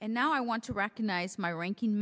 and now i want to recognize my ranking